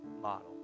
model